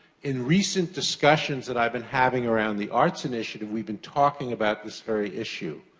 in recent discussions that i've been having around the arts initiative, we've been talking about this very issue.